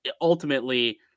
ultimately